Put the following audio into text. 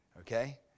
Okay